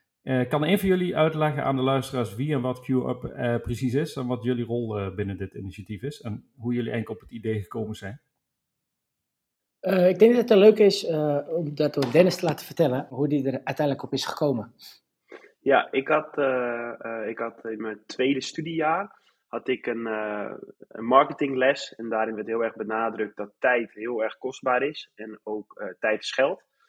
Eh, kan een van jullie uitleggen aan de luisteraars wie en wat Queue Up, eh, precies is en wat jullie rol, eh, binnen dit initiatief is en hoe jullie eigenlijk op het idee gekomen zijn? Eh, ik denk dat het leuk is, eh, om dat door Dennis te laten vertellen, hoe die er uiteindelijk op is gekomen. Ja, ik had, eh, eh, ik had in mijn tweede studiejaar had ik een, eh, een marketingles en daarin werd heel erg benadrukt dat tijd heel erg kostbaar is en ook, eh, tijd is geld.